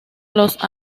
los